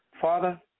Father